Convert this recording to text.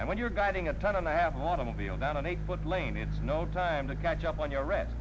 and when you're guiding a ton and a half automobile down an eight foot lane it's no time to catch up on your